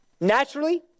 naturally